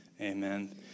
Amen